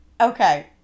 Okay